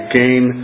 gain